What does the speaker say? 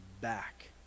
back